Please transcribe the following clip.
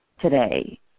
today